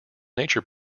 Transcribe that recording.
nature